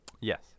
Yes